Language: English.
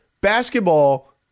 basketball